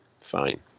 fine